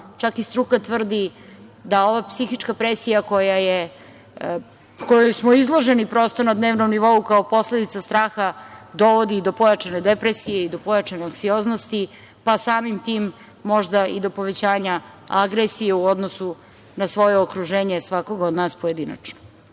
čak i struka tvrdi da ova psihička presija kojoj smo izloženi na dnevnom nivou kao posledica straha dovodi i do pojačane depresije i do pojačane anksioznosti, pa samim tim možda i do povećanja agresije u odnosu na svoje okruženje svakoga od nas pojedinačno. Uvažena